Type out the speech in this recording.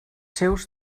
seus